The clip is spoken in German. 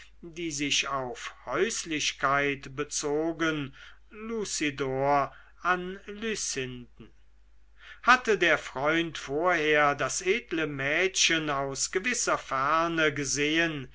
die sich auf häuslichkeit bezogen lucidor an lucinden hatte der freund vorher das edle mädchen aus gewisser ferne gesehen